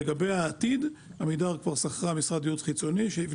לגבי העתיד עמידר כבר שכרה משרד לייעוץ חיצוני שיבנה תכנית.